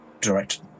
direct